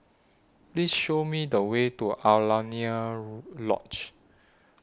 Please Show Me The Way to Alaunia Lodge